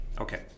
Okay